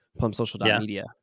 PlumSocial.media